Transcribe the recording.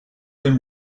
been